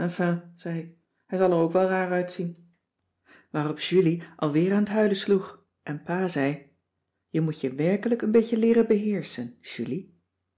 zei ik hij zal er ook wel raar uitzien waarop julie al weer aan t huilen sloeg en pa zei je moet je werkelijk een beetje leeren beheerschen julie